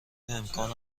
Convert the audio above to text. امکان